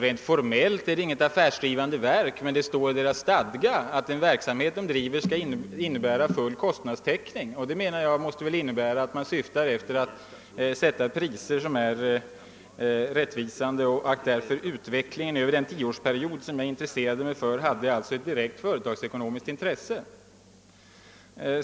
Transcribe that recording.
Rent formellt är det inte något affärsdrivande verk, men det står i dess stadgar att den verksamhet som bedrivs skall ha full kostnadstäckning. Det menar jag måste innebära att man syftar till att sätta priser som är rättvisande och att utvecklingen under den tioårsperiod som jag har intresserat mig för hade ett direkt företagsekonomiskt intresse.